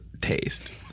taste